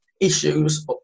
issues